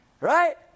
Right